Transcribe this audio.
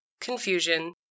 confusion